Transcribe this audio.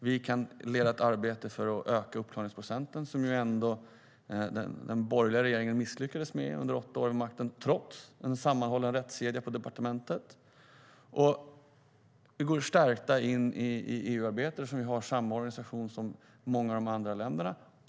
Vi kan leda ett arbete för att öka uppklaringsprocenten, som den borgerliga regeringen misslyckades med under åtta år vid makten - trots en sammanhållen rättskedja på departementet. Vi går stärkta in i EU-arbetet eftersom vi får samma typ av organisation som i många av de andra länderna.